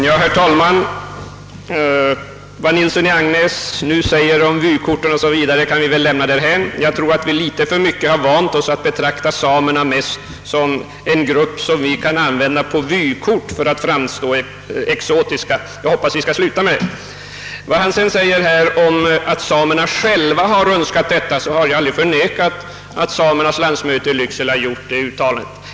Herr talman! Vad herr Nilsson i Agnäs nu säger om vykorten kan vi lämna därhän. Jag tror att vi litet för mycket har vant oss vid att mest betrakta samerna som en exotisk grupp, användbar på vykort, något som jag hoppas att vi skall sluta med. Herr Nilsson säger sedan att samerna själva uttalat önskemålet om en nomadskolinspektör. Jag har aldrig förnekat att samernas landsmöte i Lycksele gjort detta uttalande.